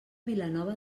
vilanova